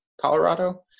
Colorado